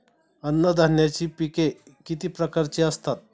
अन्नधान्याची पिके किती प्रकारची असतात?